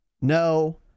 No